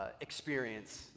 experience